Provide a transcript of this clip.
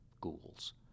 ghouls